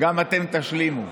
גם אתם תשלימו.